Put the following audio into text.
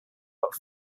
that